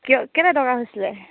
কিয় কেলৈ দৰকাৰ হৈছিলে